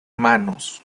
manos